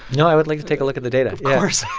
no, i would like to take a look at the data of course